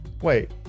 wait